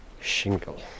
shingle